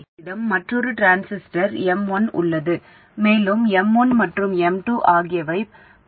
எங்களிடம் மற்றொரு transistor M1 உள்ளது மேலும் M1 மற்றும் M2 ஆகியவை பொருந்துகின்றன